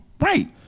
Right